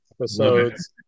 episodes